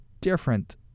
different